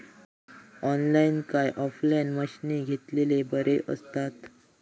Online काय offline मशीनी घेतलेले बरे आसतात?